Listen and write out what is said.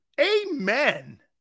amen